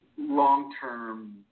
long-term